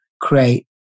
create